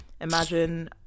Imagine